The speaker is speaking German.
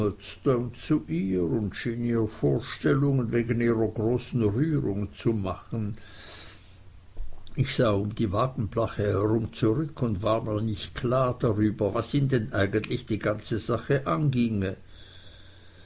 vorstellungen wegen ihrer großen rührung zu machen ich sah um die wagenplachte herum zurück und war mir nicht klar darüber was ihn denn eigentlich die ganze sache anginge